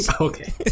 okay